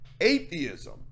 Atheism